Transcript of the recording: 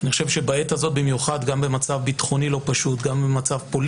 בעת הזו במיוחד גם במצב ביטחוני לא פשוט,